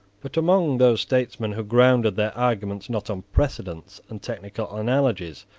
but among those statesmen who grounded their arguments, not on precedents and technical analogies,